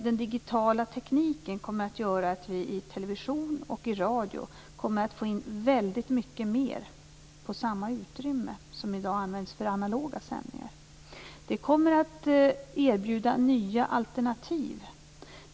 Den digitala tekniken kommer att göra att vi i television och radio kommer att få in väldigt mycket mer på samma utrymme som i dag används för analoga sändningar. Det kommer att erbjudas nya alternativ.